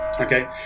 Okay